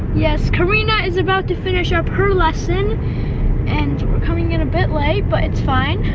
yes, karina is about to finish up her lesson and coming in a bit late but it's fine.